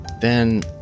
Then